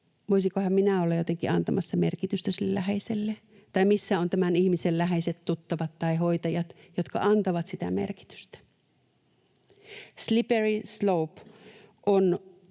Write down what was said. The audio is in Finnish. voisinkohan minä olla jotenkin antamassa merkitystä sille läheiselle tai missä ovat tämän ihmisen läheiset tuttavat tai hoitajat, jotka antavat sitä merkitystä. Slippery slope on